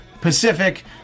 Pacific